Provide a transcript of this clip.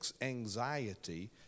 anxiety